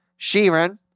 Sheeran